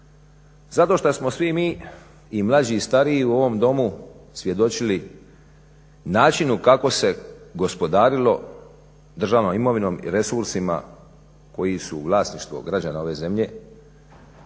Zato što smo svi mi i mlađi i stariji u ovom Domu svjedočili načinu kako se gospodarilo državnom imovinom i resursima koji su vlasništvo građana ove zemlje,